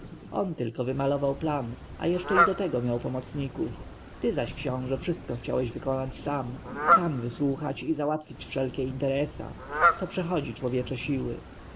on tylko wymalował plan a jeszcze i do tego miał pomocników ty zaś książę wszystko chciałeś wykonać sam sam wysłuchać i załatwić wszelkie interesa to przechodzi człowiecze siły